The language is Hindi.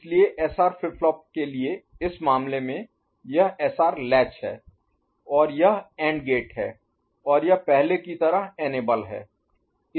इसलिए एसआर फ्लिप फ्लॉप के लिए इस मामले में यह एसआर लैच है और यह एंड गेट है और यह पहले की तरह इनेबल है